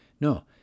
No